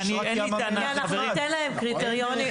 נציע להם קריטריונים.